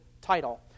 title